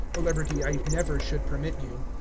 a liberty i never should permit you.